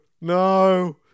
No